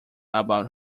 about